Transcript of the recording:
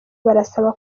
barasaba